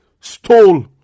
stole